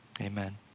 Amen